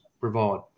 provide